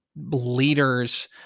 leaders